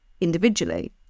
individually